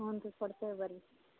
ಹ್ಞೂ ರೀ ಕೊಡ್ತೇವೆ ಬನ್ರಿ